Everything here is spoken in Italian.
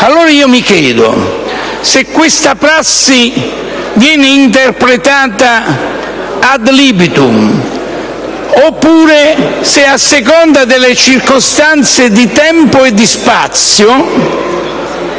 Allora, mi chiedo se questa prassi viene interpretata *ad libitum*, oppure, a seconda delle circostanze di tempo e di spazio,